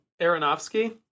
Aronofsky